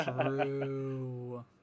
True